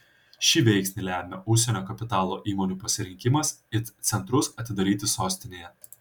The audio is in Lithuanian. šį veiksnį lemia užsienio kapitalo įmonių pasirinkimas it centrus atidaryti sostinėje